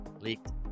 leaked